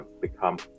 become